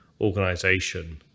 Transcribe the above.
organization